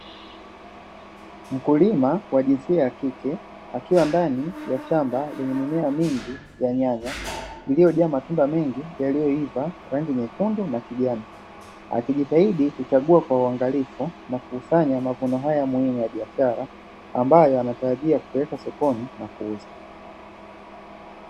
Mkulima wa jinsia ya kike, akiwa ndani ya shamba lenye mimea mingi ya nyanya iliyojaa matunda mengi yaliyoiva ya rangi nyekundu na kijani. Akijitahidi kuchagua kwa uangalifu na kukusanya mavuno haya muhimu ya biashara, ambayo anatarajia kupeleka sokoni na kuuza.